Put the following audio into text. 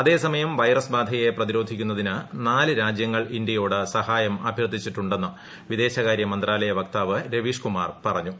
അതേസമയം വൈറസ് ബാധയെ പ്രതിരോധിക്കുന്നതിന് നാല് രാജ്യങ്ങൾ ഇന്ത്യയോട് സഹായമഭ്യർത്ഥിച്ചിട്ടുന്നെ് വിദേശകാരൃ മന്ത്രാലയ വക്താവ് രവീഷ്കുമാർ പറഞ്ഞു